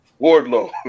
wardlow